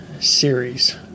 series